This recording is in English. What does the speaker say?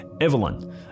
Evelyn